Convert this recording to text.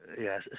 Yes